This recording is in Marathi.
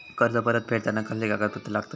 कर्ज परत फेडताना कसले कागदपत्र लागतत?